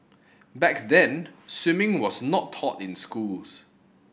back then swimming was not taught in schools